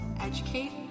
Educate